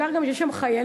בעיקר גם כשיש שם חיילים.